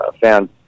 found